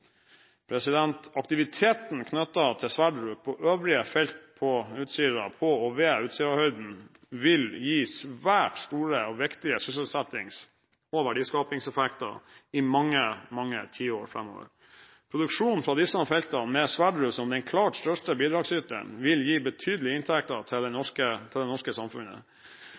kr. Aktiviteten knyttet til Sverdrup og øvrige felter på og ved Utsirahøyden vil gi svært store og viktige sysselsettings- og verdiskapingseffekter i mange, mange tiår framover. Produksjonen fra disse feltene, med Sverdrup som den klart største bidragsyteren, vil gi betydelige inntekter til det norske samfunnet.